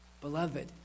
Beloved